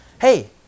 Hey